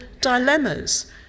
dilemmas